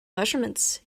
measurements